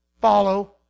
Follow